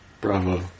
Bravo